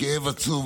הכאב עצום,